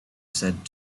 said